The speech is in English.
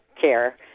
care